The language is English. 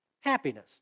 happiness